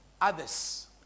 Others